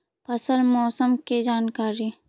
फसल मौसम के जानकारी?